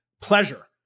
pleasure